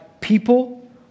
people